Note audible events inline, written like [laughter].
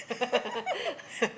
[laughs]